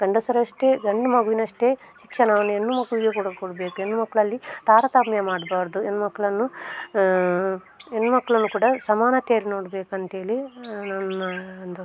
ಗಂಡಸರಷ್ಟೇ ಗಂಡುಮಗುವಿನಷ್ಟೇ ಶಿಕ್ಷಣವನ್ನು ಹೆಣ್ಣು ಮಕ್ಕಳಿಗೆ ಕೂಡ ಕೊಡಬೇಕು ಹೆಣ್ಣು ಮಕ್ಕಳಲ್ಲಿ ತಾರತಮ್ಯ ಮಾಡಬಾರ್ದು ಹೆಣ್ಣು ಮಕ್ಕಳನ್ನು ಹೆಣ್ಣು ಮಕ್ಕಳನ್ನು ಕೂಡ ಸಮಾನತೆಯಲ್ಲಿ ನೋಡ್ಬೇಕಂತ್ಹೇಳಿ ನನ್ನ ಒಂದು